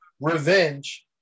revenge